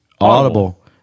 Audible